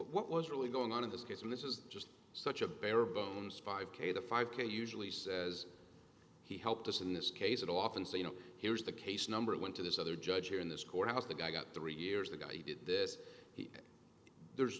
what was really going on in this case and this is just such a bare bones five k the five k usually says he helped us in this case it often so you know here's the case number it went to this other judge here in this courthouse the guy got three years ago he did this he there's